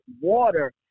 water